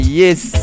yes